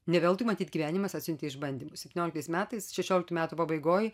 ne veltui matyt gyvenimas atsiuntė išbandymų septynioliktais metais šešioliktų metų pabaigoj